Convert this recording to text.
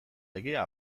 legea